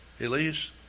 Elise